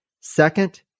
Second